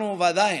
אנחנו ודאי